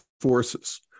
forces